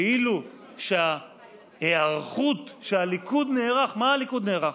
כאילו שההיערכות שהליכוד נערך, מה הליכוד נערך?